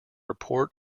report